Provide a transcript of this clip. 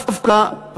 דווקא,